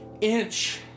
inch